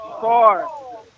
four